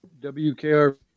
WKRP